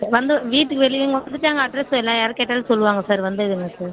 வந்து வீட்டுக்கு வெளியில் வந்துவிட்டு அங்கே அட்ரஸ் எல்லாம் யார் கேட்டாலும் சொல்வாங்க சார் வந்துவிடுங்க சார்